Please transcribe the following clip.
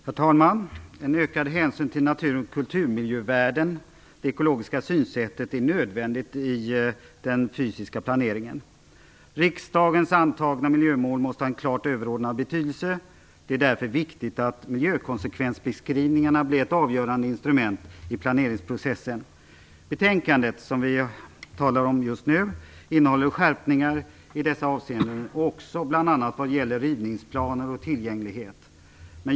Herr talman! Ökad hänsyn till natur och kulturmiljövärden och ett ekologiskt synsätt är nödvändiga i den fysiska planeringen. Riksdagens antagna miljömål måste ha en klart överordnad betydelse. Det är därför viktigt att miljökonsekvensbeskrivningarna blir ett avgörande instrument i planeringsprocessen. Det betänkande som vi talar om just nu innehåller skärpningar i dessa avseenden och också bl.a. vad gäller rivningsplaner och tillgänglighet.